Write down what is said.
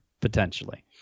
potentially